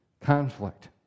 conflict